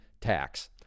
tax